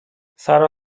sara